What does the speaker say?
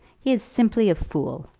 he is simply a fool.